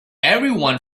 everyone